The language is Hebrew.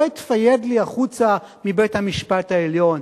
לא "אתפייד" לי החוצה מבית-המשפט העליון,